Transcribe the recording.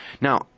Now